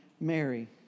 Mary